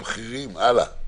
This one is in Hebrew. הלאה.